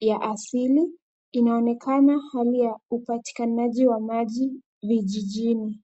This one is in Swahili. ya asili. Inaonekana hali ya upatikanaji wa maji vijijini.